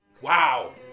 Wow